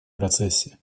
процессе